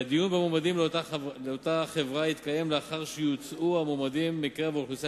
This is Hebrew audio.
והדיון במועמדים לאותה חברה יתקיים לאחר שיוצעו המועמדים מקרב אוכלוסייה